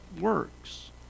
works